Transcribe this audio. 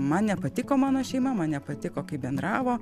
man nepatiko mano šeima man nepatiko kaip bendravo